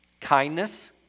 kindness